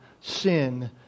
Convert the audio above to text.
sin